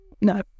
no